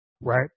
Right